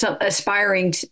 Aspiring